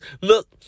look